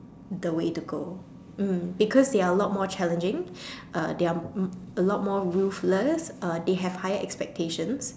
the way to go because mm they are a lot more challenging uh they are a lot more ruthless uh they have higher expectations